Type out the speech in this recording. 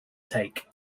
take